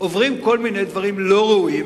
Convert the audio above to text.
עוברים כל מיני דברים לא ראויים,